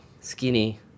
skinny